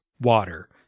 water